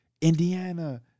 Indiana